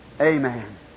amen